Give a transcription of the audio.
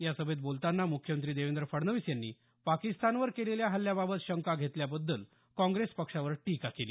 या सभेत बोलतांना मुख्यमंत्री देवेंद्र फडणवीस यांनी पाकिस्तानवर केलेल्या हल्ल्याबाबत शंका घेतल्याबद्दल काँग्रेस पक्षावर टीका केली